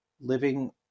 living